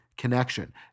connection